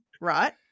right